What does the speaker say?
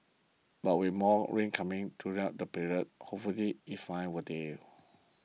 but with more rain coming during that period hopefully if fires will the